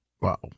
Wow